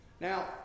Now